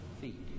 feet